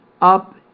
up